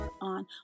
on